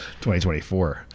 2024